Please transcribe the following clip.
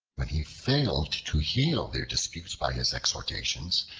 when he failed to heal their disputes by his exhortations,